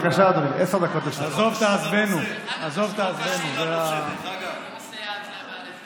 אני כן רוצה להעלות, אני ידעתי מההתחלה.